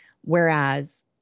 Whereas